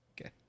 Okay